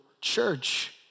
church